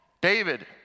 David